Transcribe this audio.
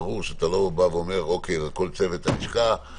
ברור שאתה לא אומר לכל צוות הלשכה.